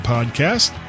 Podcast